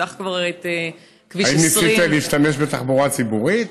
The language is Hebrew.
שתפתח כבר את כביש 20. האם ניסיתם להשתמש בתחבורה ציבורית?